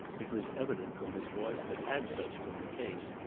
it was evident from his voice that had such been the case,